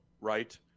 right